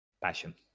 passion